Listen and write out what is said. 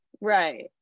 right